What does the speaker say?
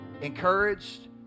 encouraged